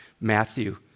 Matthew